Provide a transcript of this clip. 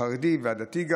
החרדי וגם הדתי,